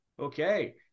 Okay